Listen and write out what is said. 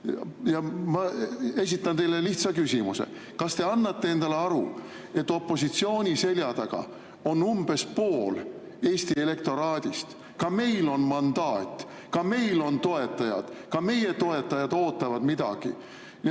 Ma esitan teile lihtsa küsimuse. Kas te annate endale aru, et opositsiooni selja taga on umbes pool Eesti elektoraadist? Ka meil on mandaat, ka meil on toetajad, ka meie toetajad ootavad midagi.